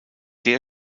der